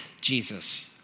Jesus